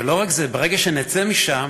ולא רק זה, ברגע שנצא משם